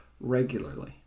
regularly